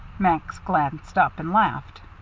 max glanced up and laughed.